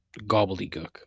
gobbledygook